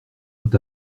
tout